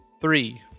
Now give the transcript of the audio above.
Three